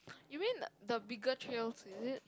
you mean the the bigger trails is it